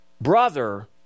brother